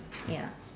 ya